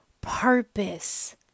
purpose